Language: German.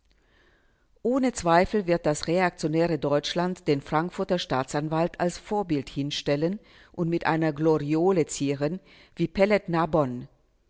ohne zweifel wird das reaktionäre deutschland den frankfurter staatsanwalt als vorbild hinstellen und mit einer gloriole zieren wie pelet-narbonne